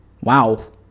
wow